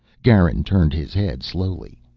garin turned his head slowly.